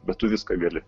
bet tu viską gali